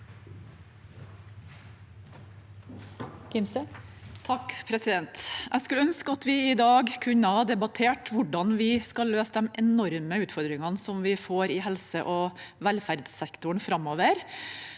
(H) Jeg skulle ønske vi i dag kunne ha debattert hvordan vi skal løse de enorme utfordringene som vi får i helse- og velferdssektoren framover,